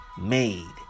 made